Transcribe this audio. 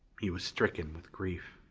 he was stricken with grief.